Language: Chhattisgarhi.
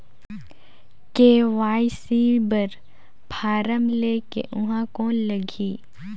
के.वाई.सी बर फारम ले के ऊहां कौन लगही?